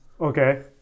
Okay